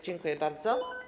Dziękuję bardzo.